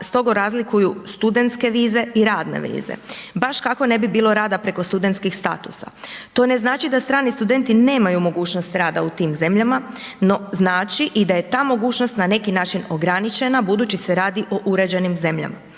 strogo razlikuju studentske vize i radne vize baš kako ne bi bilo rada preko studentskih statusa, to ne znači da strani studenti nemaju mogućnost rada u tim zemljama, no znači i da je ta mogućnost na neki način ograničena budući se radi o uređenim zemljama.